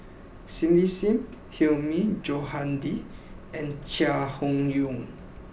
Cindy Sim Hilmi Johandi and Chai Hon Yoong